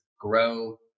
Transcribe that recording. grow